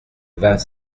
vingt